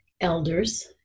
elders